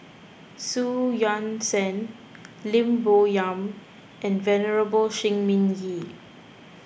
Xu Yuan Zhen Lim Bo Yam and Venerable Shi Ming Yi